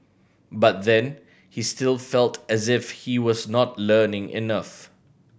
but then he still felt as if he was not learning enough